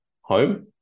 home